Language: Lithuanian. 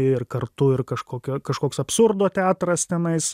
ir kartu ir kažkokio kažkoks absurdo teatras tenais